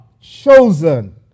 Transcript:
chosen